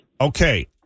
Okay